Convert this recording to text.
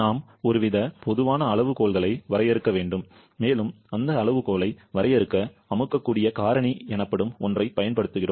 நாம் ஒருவித பொதுவான அளவுகோல்களை வரையறுக்க வேண்டும் மேலும் அந்த அளவுகோலை வரையறுக்க அமுக்கக்கூடிய காரணி எனப்படும் ஒன்றைப் பயன்படுத்துகிறோம்